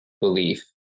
belief